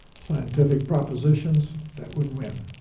scientific propositions, that would win.